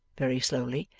very slowly,